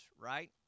right